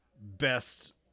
Best